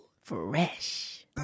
Fresh